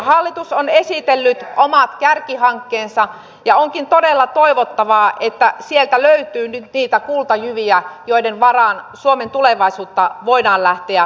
hallitus on esitellyt omat kärkihankkeensa ja onkin todella toivottavaa että sieltä löytyy nyt niitä kultajyviä joiden varaan suomen tulevaisuutta voidaan lähteä rakentamaan